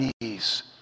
knees